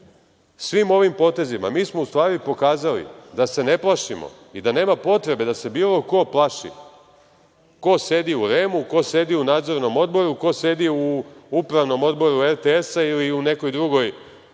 Svim ovim potezima mi smo u stvari pokazali da se ne plašimo i da nema potrebe da se bilo ko plaši ko sedi u REM-u, ko sedi u nadzornom odboru, ko sedi u Upravnom odboru RTS-a ili u nekoj drugoj